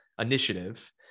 initiative